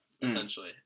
essentially